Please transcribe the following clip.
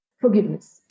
forgiveness